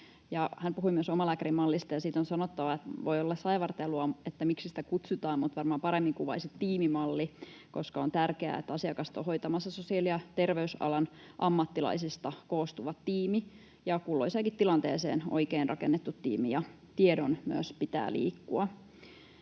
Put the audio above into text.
Hän puhui myös omalääkärimallista, ja siitä on sanottava... Voi olla saivartelua, miksi sitä kutsutaan, mutta varmaan paremmin kuvaisi tiimimalli, koska on tärkeää, että asiakasta hoitamassa sosiaali- ja terveysalan ammattilaisista koostuva tiimi ja kulloiseenkin tilanteeseen oikein rakennettu tiimi, ja tiedon myös pitää liikkua.